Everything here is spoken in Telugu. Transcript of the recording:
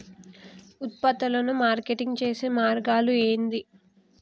ఉత్పత్తులను మార్కెటింగ్ చేసే మార్గాలు ఏంది?